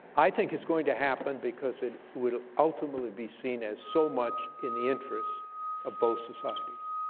i think it's going to happen because it would ultimately be seen as so much in the interest of both societies.